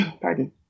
Pardon